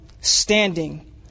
standing